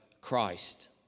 Christ